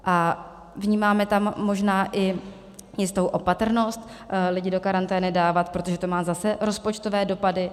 A vnímáme tam možná i jistou opatrnost dávat lidi do karantény, protože to má zase rozpočtové dopady.